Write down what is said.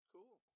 Cool